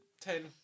Ten